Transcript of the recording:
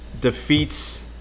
defeats